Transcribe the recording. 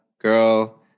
girl